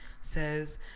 says